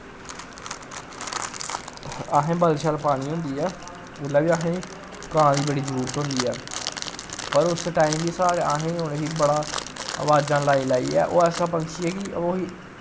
असें बल शल पानी होंदी ऐ उसलै बी असें कां दी बड़ी जरूरत होंदी ऐ पर उस टाइम बी सा असें उनेंगी बड़ा अवाजां लाई लाइयै ओह् ऐसा पंक्षी ऐ कि ओह्